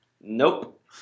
Nope